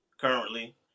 currently